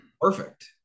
perfect